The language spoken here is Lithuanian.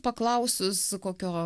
paklausus kokio